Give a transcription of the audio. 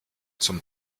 zum